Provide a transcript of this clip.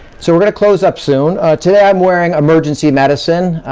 so we're gonna close up soon. today, i'm wearing emergency medicine.